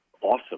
awesome